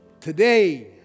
Today